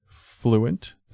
fluent